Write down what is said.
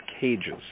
cages